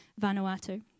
Vanuatu